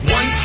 One